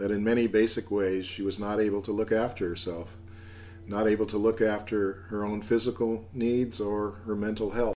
that in many basic ways she was not able to look after herself not able to look after her own physical needs or her mental health